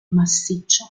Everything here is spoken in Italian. massiccio